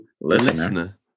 listener